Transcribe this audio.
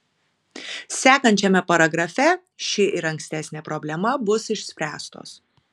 sekančiame paragrafe ši ir ankstesnė problema bus išspręstos